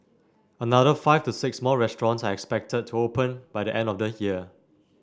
another five to six more restaurants are expected to open by the end of the year